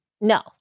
No